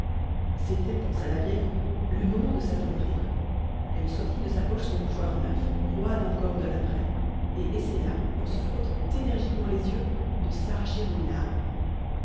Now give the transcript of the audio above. c'était pensa la vieille le moment de s'attendrir elle sortit de sa poche son mouchoir neuf roide encore de l'apprêt et essaya en se frottant énergiquement les yeux de s'arracher une larme